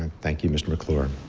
and thank you, mr. mcclure.